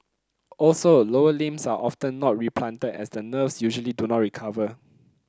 also lower limbs are often not replanted as the nerves usually do not recover